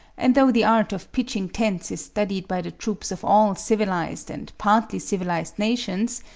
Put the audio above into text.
and though the art of pitching tents is studied by the troops of all civilised and partly civilised nations,